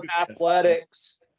athletics